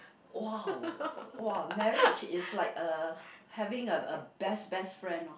!wow! !wow! marriage is like a having a best best friend lor